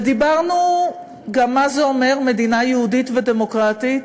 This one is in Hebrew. ודיברנו גם על מה זה אומר "מדינה יהודית ודמוקרטית".